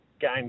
game